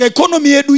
Economy